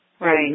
Right